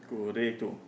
Correto